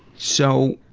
so,